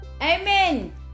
Amen